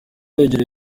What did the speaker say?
yegera